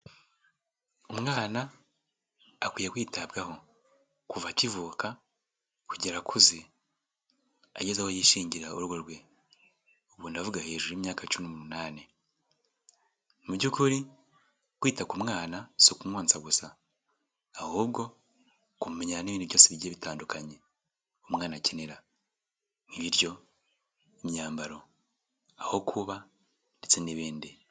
Umwana akwiye kwitabwaho. Kuva akivuka kugera akuze, ageze aho yishingira urugo rwe. Ubwo ndavuga hejuru y'imyaka cumi n'umunani. Mu by'ukuri kwita ku mwana si ukumwonsa gusa, ahubwo kumumenyera n'ibindi byose bigiye bitandukanye, umwana akera: nk'ibiryo, imyambaro, aho kuba ndetse n'ibindi.